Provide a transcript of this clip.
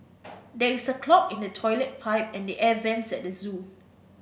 there is a clog in the toilet pipe and the air vents at the zoo